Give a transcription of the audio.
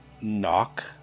knock